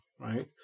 right